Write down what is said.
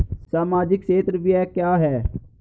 सामाजिक क्षेत्र व्यय क्या है?